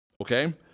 okay